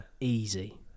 Easy